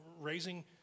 raising